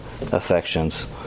affections